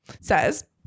says